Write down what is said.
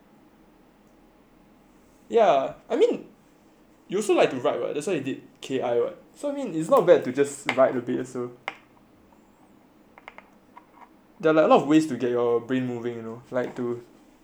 ya I mean you also like to write right that's why you did K_I_O so I mean it's not to just like a bit also ya lah lot of ways to get your brain moving you know like to think of stuff to do